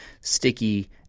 sticky